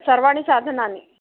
सर्वाणि साधनानि